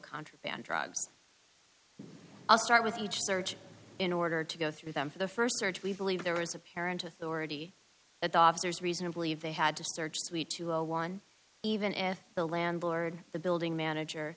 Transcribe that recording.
contraband drugs i'll start with each search in order to go through them for the first search we believe there was a parent authority that officers reasonably they had to search suite two zero one even if the landlord the building manager